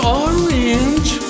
orange